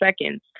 seconds